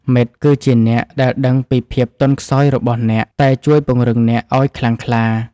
មិត្តគឺជាអ្នកដែលដឹងពីភាពទន់ខ្សោយរបស់អ្នក តែជួយពង្រឹងអ្នកឱ្យខ្លាំងក្លា។